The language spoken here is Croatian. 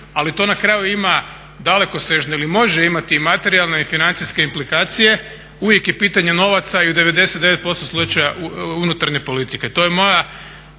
ali to na kraju ima dalekosežne ili može imati i materijalne i financijske implikacije. Uvijek je pitanje novaca i u 99% slučajeva unutarnja politika. I to je moja